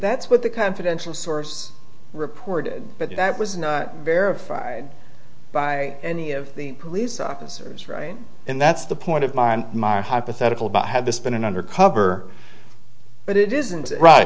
that's what the confidential source reported but that was not verified by any of the police officers right and that's the point of mind my hypothetical but had this been an undercover but it isn't right